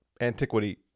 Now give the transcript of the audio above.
antiquity